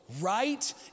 right